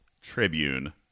Tribune